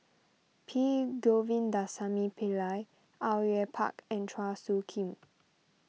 P Govindasamy Pillai Au Yue Pak and Chua Soo Khim